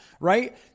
right